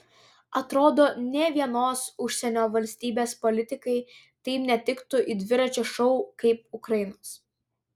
atrodo nė vienos užsienio valstybės politikai taip netiktų į dviračio šou kaip ukrainos